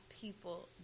people